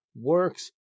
works